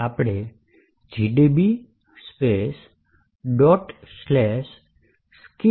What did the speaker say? આપણે gdb